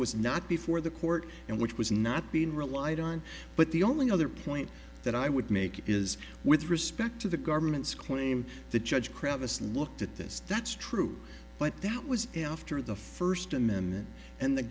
was not before the court and which was not being relied on but the only other point that i would make is with respect to the government's claim the judge crevice looked at this that's true but that was after the first amendment and the